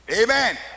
Amen